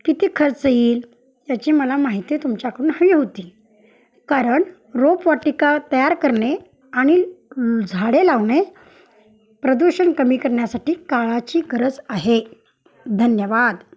किती खर्च येईल याची मला माहिती तुमच्याकडून हवी होती कारण रोपवाटिका तयार करणे आणि झाडे लावणे प्रदूषण कमी करण्यासाठी काळाची गरज आहे धन्यवाद